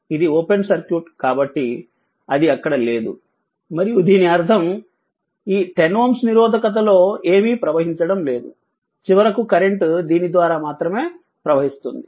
ఇది open circuit కాబట్టి అది అక్కడ లేదు మరియు దీని అర్థం 10Ω నిరోధకతలో ఏమీ ప్రవహించడం లేదు చివరకు కరెంట్ దీని ద్వారా మాత్రమే ప్రవహిస్తుంది